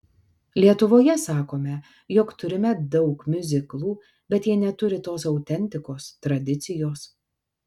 lietuvoje sakome jog turime daug miuziklų bet jie neturi tos autentikos tradicijos